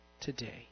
today